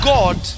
God